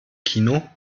kino